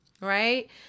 Right